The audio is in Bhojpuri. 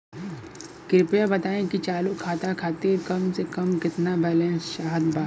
कृपया बताई कि चालू खाता खातिर कम से कम केतना बैलैंस चाहत बा